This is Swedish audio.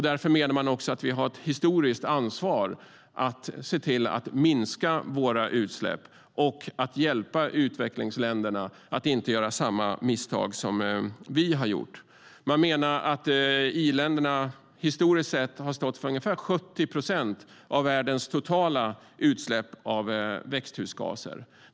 Därför menar man att vi också har ett historiskt ansvar att se till att minska våra utsläpp och att hjälpa utvecklingsländerna att inte göra samma misstag som vi har gjort. Man menar att i-länderna historiskt sett har stått för ungefär 70 procent av världens totala utsläpp av växthusgaser.